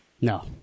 No